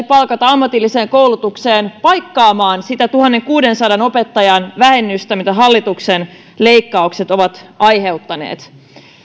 palkata ammatilliseen koulutukseen paikkaamaan sitä tuhannenkuudensadan opettajan vähennystä minkä hallituksen leikkaukset ovat aiheuttaneet